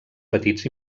petits